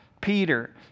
Peter